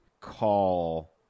call